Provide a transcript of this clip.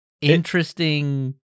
interesting